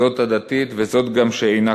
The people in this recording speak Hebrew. זאת הדתית וגם זאת שאינה כזאת.